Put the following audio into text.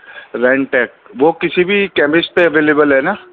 رینٹیک وہ کسی بھی کیمسٹ پہ ایویلیبل ہے نا